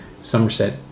Somerset